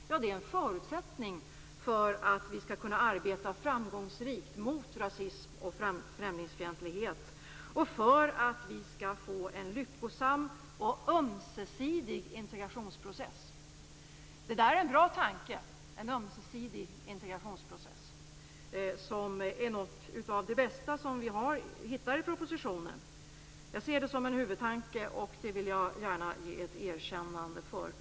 Det är en förutsättning för att vi skall kunna arbeta framgångsrikt mot rasism och främlingsfientlighet och för att vi skall få en lyckosam och ömsesidig integrationsprocess. Det är en bra tanke: en ömsesidig integrationsprocess. Den är något av det bästa som vi hittar i propositionen. Jag ser det som en huvudtanke, och det vill jag gärna ge ett erkännande för.